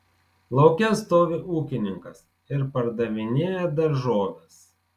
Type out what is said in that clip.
lauke stovi ūkininkas ir pardavinėja daržoves